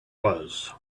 was